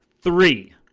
Three